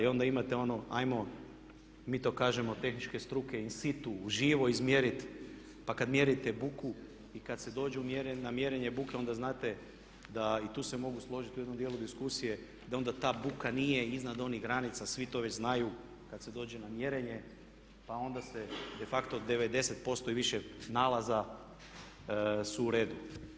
I onda imate onu ajmo mi to kažemo tehničke struke in situ uživo izmjeriti pa kad mjerite buku i kad dođete na mjerenje buke onda znate da, i tu se mogu složiti u jednom dijelu diskusije, da onda ta buka nije iznad onih granica svi to već znaju kad se dođe na mjerenje pa onda se de facto 90% i više nalaza su u redu.